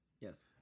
Yes